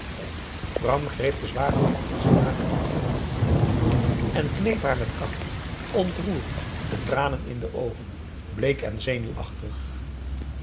bram greep de zware hand in zijn magere knokken en kneep haar met kracht ontroerd de tranen in de oogen bleek en zenuwachtig